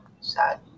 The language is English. sad